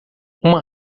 uma